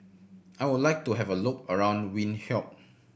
I would like to have a look around Windhoek